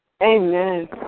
Amen